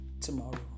tomorrow